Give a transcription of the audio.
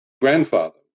Grandfather